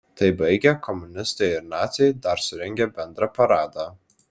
tą baigę komunistai ir naciai dar ir surengė bendrą paradą